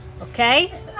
Okay